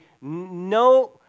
no